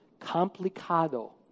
complicado